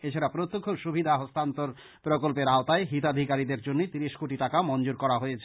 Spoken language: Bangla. এছাড়া প্রত্যক্ষ সুবিধা হস্তান্তর প্রকল্পের আওতায় হিতাধিকারীদের জন্য ত্রিশ কোটি টাকা মঞ্জর করা হয়েছে